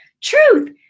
truth